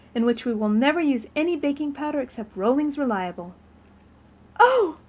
in which we will never use any baking powder except rollings reliable oh,